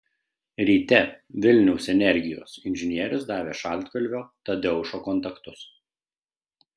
ryte vilniaus energijos inžinierius davė šaltkalvio tadeušo kontaktus